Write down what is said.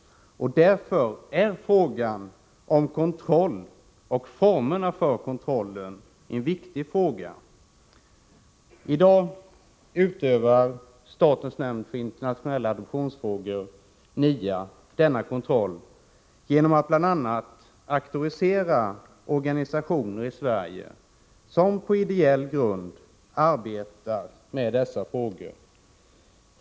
Därför är frågan om kontroll och formerna för den viktig. I dag utövar statens nämnd för internationella adoptionsfrågor, NIA, denna kontroll genom att bl.a. auktorisera organisationer i Sverige som på ideell grund arbetar med dessa frågor.